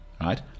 right